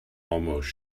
almost